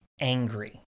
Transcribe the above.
angry